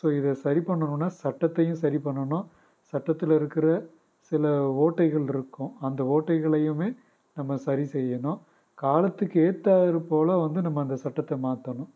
so இதை சரி பண்ணனும்னா சட்டத்தையும் சரி பண்ணனும் சட்டத்தில் இருக்கிற சில ஓட்டைகள் இருக்கும் அந்த ஓட்டைகளையுமே நம்ம சரி செய்யணும் காலத்துக்கு ஏற்றார் போல் வந்து நம்ம அந்த சட்டத்தை மாற்றணும்